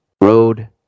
road